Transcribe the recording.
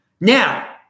Now